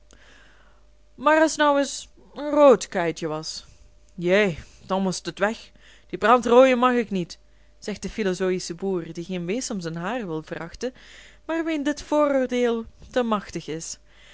maar as t nou eens een rood kuitje was jæ dan most et weg die brandrooie mag ik niet zegt de philozoische boer die geen beest om zijn haar wil verachten maar wien dit vooroordeel te machtig is